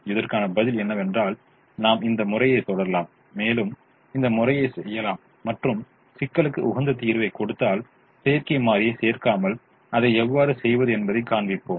இதற்கான பதில் என்னவென்றால் நாம் இந்த முறையை தொடரலாம் மேலும் அந்த முறையை செய்யலாம் மற்றும் சிக்கலுக்கு உகந்த தீர்வைக் கொடுத்தால் செயற்கை மாறியைச் சேர்க்காமல் அதை எவ்வாறு செய்வது என்பதைக் காண்பிப்போம்